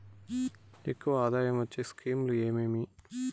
ఎక్కువగా ఆదాయం వచ్చే స్కీమ్ లు ఏమేమీ?